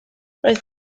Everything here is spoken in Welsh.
roedd